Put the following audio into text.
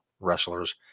wrestlers